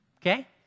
Okay